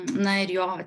na ir jo